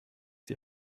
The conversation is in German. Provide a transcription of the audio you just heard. die